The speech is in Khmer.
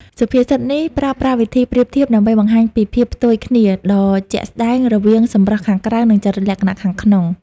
សុភាសិតនេះប្រើប្រាស់វិធីប្រៀបធៀបដើម្បីបង្ហាញពីភាពផ្ទុយគ្នាដ៏ជាក់ស្តែងរវាងសម្រស់ខាងក្រៅ និងចរិតលក្ខណៈខាងក្នុង។